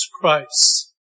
Christ